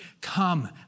Come